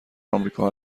آمریکا